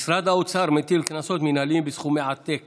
משרד האוצר מטיל קנסות מינהליים בסכומי עתק